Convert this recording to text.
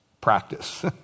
Practice